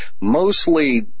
mostly